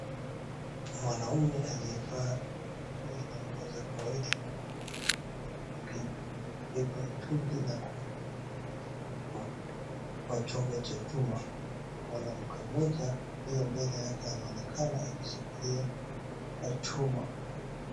Mwanaume aliye vaa kofia na nguo za kawaida anaonekana akibeba mtungi na kumwagilia maziwa kwa chombo cha chuma, mwanamke mmoja aliye mbele yake anaonekana akishikilia chuma.